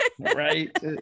Right